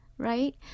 right